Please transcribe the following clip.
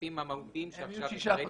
הסעיפים המהותיים שעכשיו הקראתי.